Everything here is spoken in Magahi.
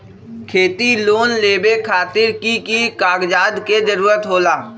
खेती लोन लेबे खातिर की की कागजात के जरूरत होला?